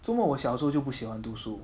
做么我小时候就不喜欢读书